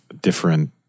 different